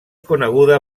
coneguda